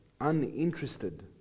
Uninterested